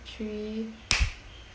three